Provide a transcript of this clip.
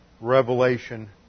revelation